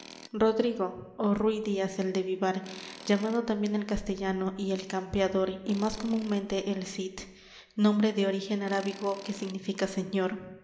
rodrigo ó rúy díaz el de vivar llamado también el castellano y el campeador y más comunmente el cid nombre de origen arábigo que significa señor